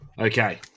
Okay